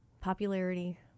popularity